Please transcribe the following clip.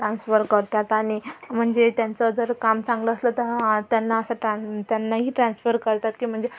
transfer करतात आणि म्हणजे त्यांचं जर काम चांगलं असलं तर त्यांना असं ट्रान्स त्यांनाही ट्रान्सफर करतात की म्हणजे